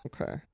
Okay